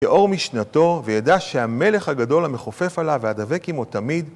יאור משנתו וידע שהמלך הגדול המכופף עליו והדבק עמו תמיד